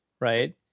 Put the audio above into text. right